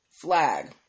flag